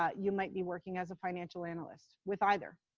um you might be working as a financial analyst, with either,